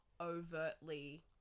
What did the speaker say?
overtly